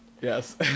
Yes